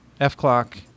F-Clock